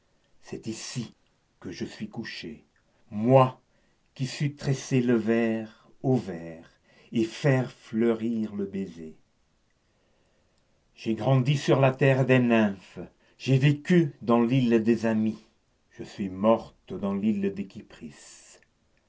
c'est ici que je suis couchée moi qui sus tresser le vers au vers et faire fleurir le baiser j'ai grandi sur la terre des nymphes j'ai vécu dans l'île des amies je suis morte dans l'île de